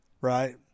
right